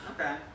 Okay